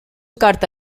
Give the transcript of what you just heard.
carta